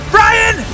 Brian